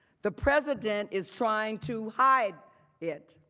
the president is try to hide it.